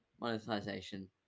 monetization